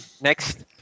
Next